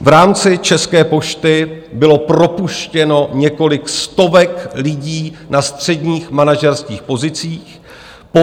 V rámci České pošty bylo propuštěno několik stovek lidí na středních manažerských pozicích.